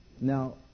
Now